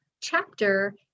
chapter